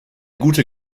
guter